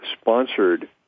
sponsored